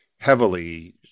Heavily